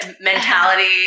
mentality